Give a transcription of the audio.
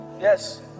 yes